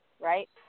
right